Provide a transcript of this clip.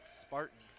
Spartans